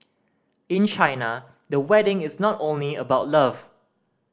in China the wedding is not only about love